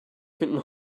finden